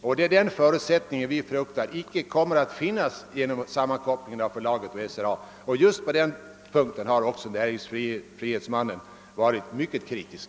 Men det är den förutsättningen som vi fruktar icke kommer att finnas på grund av denna sammankoppling av förlaget och SRA. På den punkten har också näringsfrihetsombudsmannen varit kritisk.